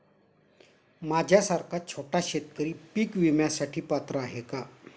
माझ्यासारखा छोटा शेतकरी पीक विम्यासाठी पात्र आहे का?